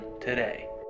today